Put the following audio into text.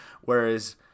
whereas